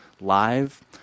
live